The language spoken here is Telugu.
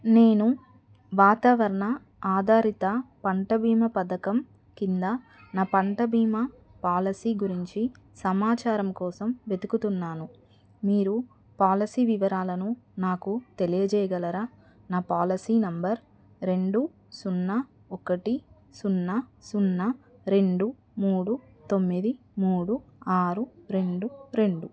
నేను వాతావరణ ఆధారిత పంట బీమా పథకం కింద నా పంట బీమా పాలసీ గురించి సమాచారం కోసం వెతుకుతున్నాను మీరు పాలసీ వివరాలను నాకు తెలియచేయగలరా నా పాలసీ నెంబర్ రెండు సున్నా ఒకటి సున్నా సున్నా రెండు మూడు తొమ్మిది మూడు ఆరు రెండు రెండు